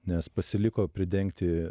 nes pasiliko pridengti